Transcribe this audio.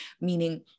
meaning